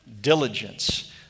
diligence